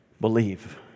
Believe